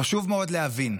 חשוב מאוד להבין.